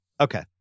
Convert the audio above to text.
Okay